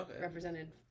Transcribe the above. represented